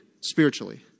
spiritually